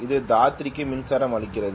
இது தாத்ரிக்கு மின்சாரம் அளிக்கிறது